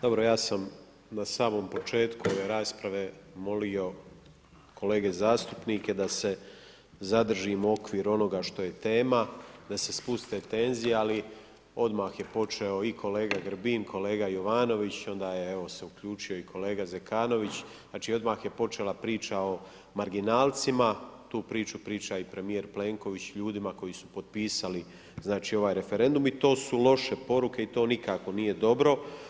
Dobro ja sam na samom početku ove rasprave molio kolege zastupnike da se zadržimo u okviru onoga što je tema, da se spuste tenzije ali odmah je počeo i kolega Grbin, kolega Jovanović, onda je evo se uključio i kolega Zekanović, znači odmah je počela priča o marginalcima, tu priču priča i premijer Plenković ljudima koji su potpisali znači ovaj referendum i to su loše poruke i to nikako nije dobro.